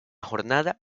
jornada